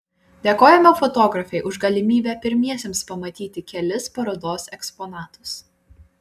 dėkojame fotografei už galimybę pirmiesiems pamatyti kelis parodos eksponatus